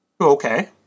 Okay